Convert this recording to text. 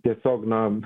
tiesiog na